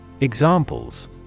Examples